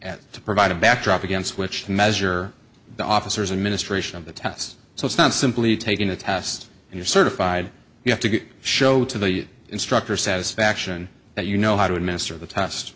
at to provide a backdrop against which to measure the officers and ministration of the test so it's not simply taking a test you're certified you have to show to the instructor satisfaction that you know how to administer the